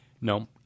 No